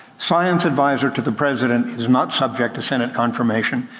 science advisor to the president is not subject to senate confirmation,